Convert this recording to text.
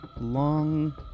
long